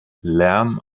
lärm